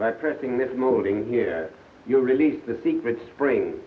by pressing this modeling here you release the secret spring